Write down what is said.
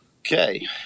Okay